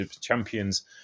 Champions